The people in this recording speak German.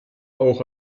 auch